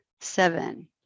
seven